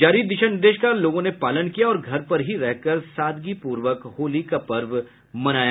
जारी दिशा निर्देश का लोगों ने पालन किया और घर पर ही रहकर सादगीपूर्वक होली का पर्व मनाया